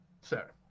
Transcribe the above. sir